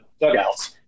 dugouts